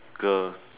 girl